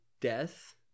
death